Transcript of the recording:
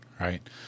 Right